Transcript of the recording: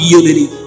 unity